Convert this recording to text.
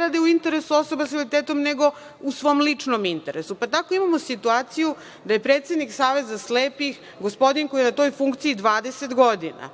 rade u interesu osoba sa invaliditetom, nego u svom ličnom interesu. Tako imamo situaciju da je predsednik Saveza slepih gospodin koji je na toj funkciji 20 godina.